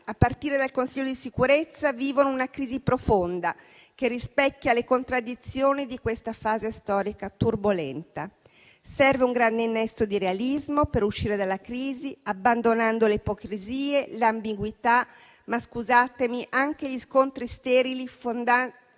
a partire dal Consiglio di sicurezza, vivono una crisi profonda, che rispecchia le contraddizioni di questa fase storica turbolenta. Serve un grande innesto di realismo per uscire dalla crisi, abbandonando le ipocrisie, l'ambiguità, ma, scusatemi, anche gli scontri sterili fondati